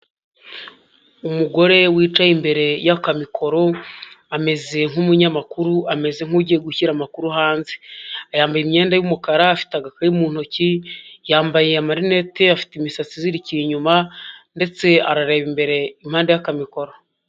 Umugore wicaye imbere y'akamikoro, ameze nk'umunyamakuru ameze nk'ugiye gushyira amakuru hanze, yambaye imyenda y'umukara afite agakayi mu ntoki, yambaye amarinete afite imisatsi izirikiye inyuma ndetse arareba imbere impande y'akamikoraro.